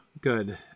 Good